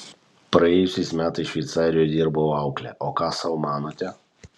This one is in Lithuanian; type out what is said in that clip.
praėjusiais metais šveicarijoje dirbau aukle o ką sau manote